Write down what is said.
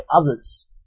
others